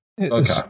Okay